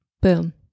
Boom